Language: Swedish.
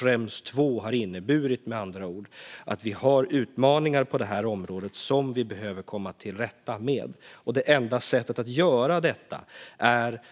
Schrems II-domen har med andra ord inneburit att vi har utmaningar på detta område som vi behöver komma till rätta med. Det enda sättet att göra det är